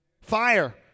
Fire